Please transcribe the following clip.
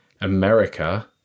America